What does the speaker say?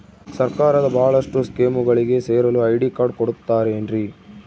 ಸರ್ಕಾರದ ಬಹಳಷ್ಟು ಸ್ಕೇಮುಗಳಿಗೆ ಸೇರಲು ಐ.ಡಿ ಕಾರ್ಡ್ ಕೊಡುತ್ತಾರೇನ್ರಿ?